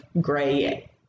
gray